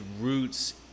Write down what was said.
roots